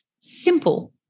simple